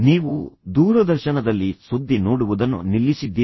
ನೀವು ದೂರದರ್ಶನದಲ್ಲಿ ಸುದ್ದಿ ನೋಡುವುದನ್ನು ನಿಲ್ಲಿಸಿದ್ದೀರಾ